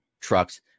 trucks